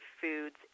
foods